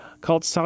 called